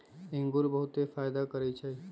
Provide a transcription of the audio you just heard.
इंगूर बहुते फायदा करै छइ